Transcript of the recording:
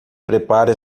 prepara